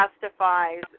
justifies